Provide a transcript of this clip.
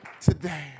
today